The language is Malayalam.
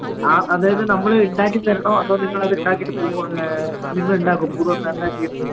ഓക്കെ ആ അതായത് നമ്മൾ ഉണ്ടാക്കിത്തരണോ അതോ നിങ്ങൾ അത് ഉണ്ടാക്കീട്ട് പൂ പോലെ നിങ്ങൾ ഉണ്ടാക്കുമോ പൂ തന്നാൽ എന്താണ് ചെയ്യേണ്ടത്